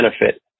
benefit